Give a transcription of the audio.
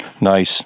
Nice